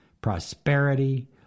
prosperity